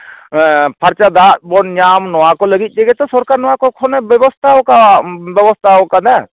ᱯᱷᱟᱨᱪᱟ ᱫᱟᱜ ᱵᱚᱱ ᱧᱟᱢ ᱱᱚᱣᱟ ᱠᱚ ᱞᱟᱰᱜᱤᱫ ᱛᱮᱜᱮ ᱛᱚ ᱥᱚᱨᱠᱟᱨ ᱱᱚᱣᱟ ᱠᱚ ᱠᱷᱚᱱᱮ ᱵᱮᱵᱚᱥᱛᱷᱟᱣ ᱠᱟᱜ ᱵᱮᱵᱚᱥᱛᱷᱟᱣ ᱠᱟᱫᱟ